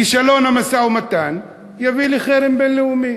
כישלון המשא-ומתן יביא לחרם בין-לאומי.